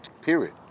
period